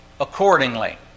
accordingly